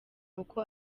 uko